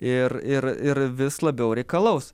ir ir ir vis labiau reikalaus